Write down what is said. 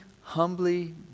humbly